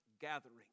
gathering